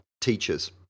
teachers